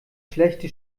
schlechte